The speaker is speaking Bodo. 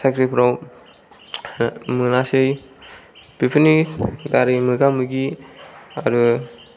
साख्रिफ्राव मोनासै बेफोरनि दारै मोगा मोगि आरो